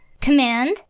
command